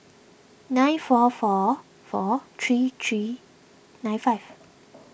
nine four four four three three nine five